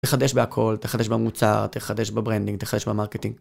תחדש בהכל, תחדש במוצר, תחדש בברנדינג, תחדש במרקטינג.